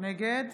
נגד